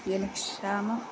ജലക്ഷാമം